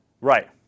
Right